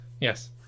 Yes